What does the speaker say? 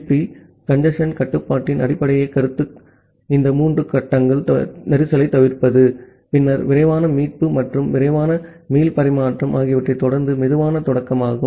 B congestion கட்டுப்பாட்டின் அடிப்படைக் கருத்து இந்த மூன்று கட்டங்கள் கஞ்சேஸ்ன் தவிர்ப்பது பின்னர் விரைவான மீட்பு மற்றும் விரைவான மீள் பரிமாற்றம் ஆகியவற்றைத் தொடர்ந்து சுலோ ஸ்டார்ட்கும்